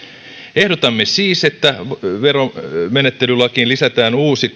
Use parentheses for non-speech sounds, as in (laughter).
ehdotamme siis että veromenettelylakiin lisätään uusi (unintelligible)